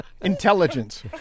Intelligence